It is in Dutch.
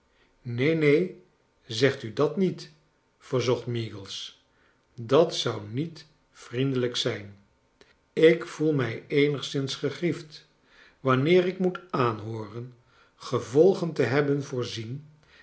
neen neen zegt u dat niet verzocht meagles dat zou niet vriendelijk zijn ik voel mij eenigszins gegriefd wanneer ik moet aanhooren gevolgen te hebben voorzien